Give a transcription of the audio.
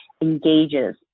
engages